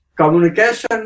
Communication